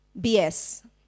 BS